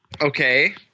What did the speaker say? Okay